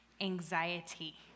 anxiety